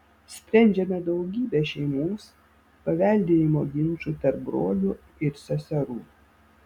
sprendžiame daugybę šeimos paveldėjimo ginčų tarp brolių ir seserų